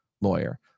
Lawyer